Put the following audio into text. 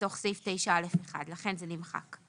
בתוך סעיף 9א1, לכן זה נמחק.